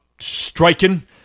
striking